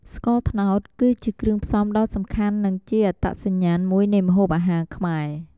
ស្ករត្នោត គឺជាគ្រឿងផ្សំដ៏សំខាន់ និងជាអត្តសញ្ញាណមួយនៃម្ហូបអាហារខ្មែរ។